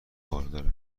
بارداره